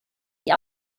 die